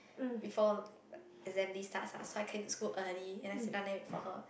before assembly starts lah so I can just go early and then sit down there wait for her